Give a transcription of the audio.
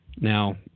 Now